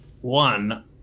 One